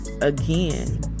again